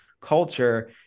culture